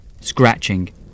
scratching